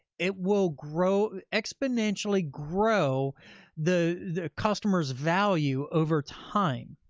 it will grow exponentially, grow the customer's value over time.